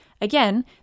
Again